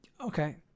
Okay